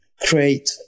create